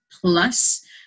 plus